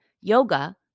yoga